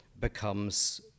becomes